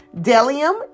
Delium